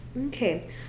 Okay